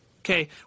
Okay